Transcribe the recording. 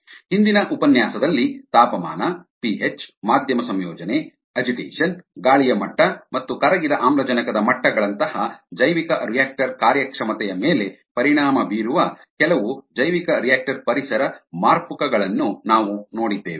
ಹಿಂದಿನ ಉಪನ್ಯಾಸದಲ್ಲಿ ತಾಪಮಾನ ಪಿಹೆಚ್ ಮಾಧ್ಯಮ ಸಂಯೋಜನೆ ಅಜಿಟೇಷನ್ ಗಾಳಿಯ ಮಟ್ಟ ಮತ್ತು ಕರಗಿದ ಆಮ್ಲಜನಕದ ಮಟ್ಟಗಳಂತಹ ಜೈವಿಕರಿಯಾಕ್ಟರ್ ಕಾರ್ಯಕ್ಷಮತೆಯ ಮೇಲೆ ಪರಿಣಾಮ ಬೀರುವ ಕೆಲವು ಜೈವಿಕರಿಯಾಕ್ಟರ್ ಪರಿಸರ ಮಾರ್ಪುಕ ಗಳನ್ನು ನಾವು ನೋಡಿದ್ದೇವೆ